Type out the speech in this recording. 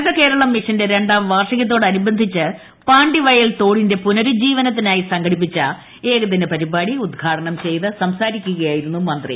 ഹരിതകേരളം മിഷന്റെ രണ്ടാം വാർഷികത്തോടുനുബന്ധിച്ച് പാണ്ടിവയൽ തോടിന്റെ പുനരുജ്ജീവനത്തിനായി സംഘടിപ്പിച്ച ഏകദിന പരിപാടി ഉദ്ഘാടനം ചെയ്ത് സംസാരിക്കുകയായിരുന്നു മന്ത്രി